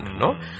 no